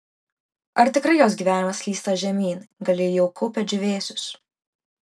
ar tikrai jos gyvenimas slysta žemyn gal ji jau kaupia džiūvėsius